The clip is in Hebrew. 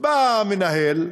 בא מנהל,